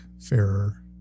fairer